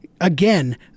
again